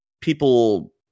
people